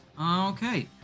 okay